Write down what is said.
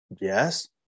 Yes